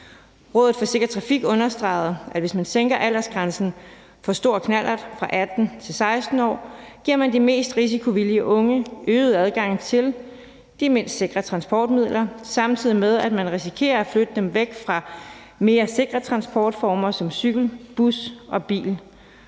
Rådet for Sikker Trafik understregede, at hvis man sænker aldersgrænsen for stor knallert fra 18 til 16 år, giver man de mest risikovillige unge øget adgang til de mindst sikre transportmidler, samtidig med at man risikerer at flytte dem væk fra mere sikre transportformer som cykel, bus og bil.